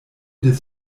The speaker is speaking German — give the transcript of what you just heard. des